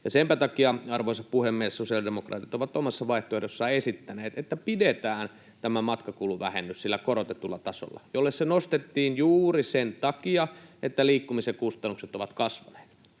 Senpä takia, arvoisa puhemies, sosiaalidemokraatit ovat omassa vaihtoehdossaan esittäneet, että pidetään tämä matkakuluvähennys sillä korotetulla tasolla, jolle se nostettiin juuri sen takia, että liikkumisen kustannukset ovat kasvaneet.